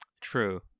True